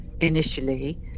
initially